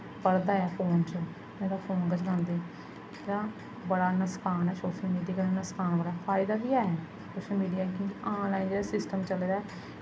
पढ़दा ऐ फोन च मतलब नेईं ते फोन गै चलांदे एह्दा बड़ा नुकसान ऐ सोशल मीडिया दा नसकान ऐ फायदा बी ऐ सोशल मीडिया दा कि आनलाइन जेह्ड़ा सिस्टम चले दा ऐ